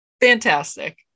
Fantastic